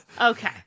Okay